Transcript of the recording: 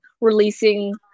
releasing